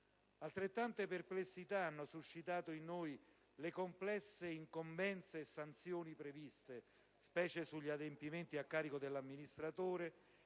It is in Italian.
Altrettante perplessità hanno suscitato in noi le complesse incombenze e sanzioni previste, specie sugli adempimenti a carico dell'amministratore,